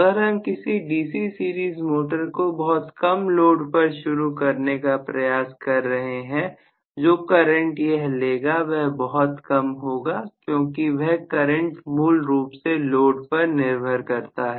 अगर हम किसी डीसी सीरीज मोटर को बहुत कम लोड पर शुरू करने का प्रयास कर रहे हैं जो करंट यह लेगा वह बहुत कम होगा क्योंकि यह करंट मूल रूप से लोड पर निर्भर करता है